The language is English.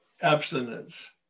abstinence